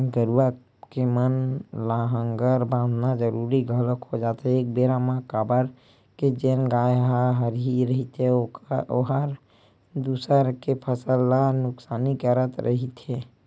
गरुवा के म लांहगर बंधाना जरुरी घलोक हो जाथे एक बेरा म काबर के जेन गाय ह हरही रहिथे ओहर दूसर के फसल ल नुकसानी करत रहिथे